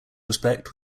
respect